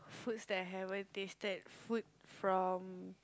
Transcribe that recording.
food stay haven't tasted food from